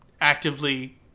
actively